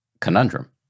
conundrum